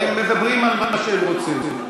הם מדברים על מה שהם רוצים,